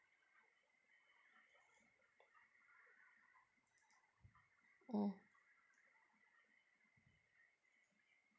mm